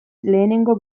lehenengo